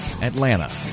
Atlanta